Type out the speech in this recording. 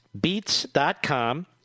Beats.com